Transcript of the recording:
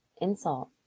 insult